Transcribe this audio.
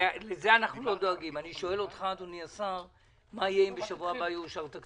אני שואל אותך, אדוני השר, מה